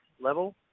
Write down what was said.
level